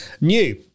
new